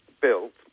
built